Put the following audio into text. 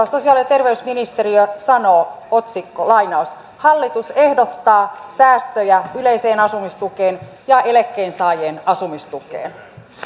sosiaali ja terveysministeriö sanoo otsikko hallitus ehdottaa säästöjä yleiseen asumistukeen ja eläkkeensaajien asumistukeen